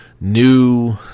new